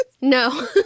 No